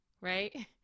right